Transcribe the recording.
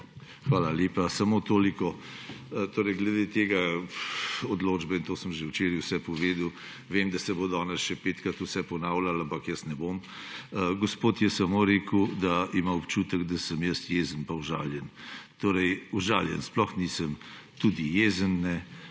Hvala lepa. Samo toliko. Glede te odločbe sem že včeraj vse povedal. Vem, da se bo danes še petkrat vse ponavljalo, ampak jaz ne bom. Gospod je samo rekel, da ima občutek, da sem jaz jezen pa užaljen. Užaljen sploh nisem, tudi jezen ne.